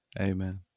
Amen